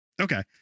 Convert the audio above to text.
okay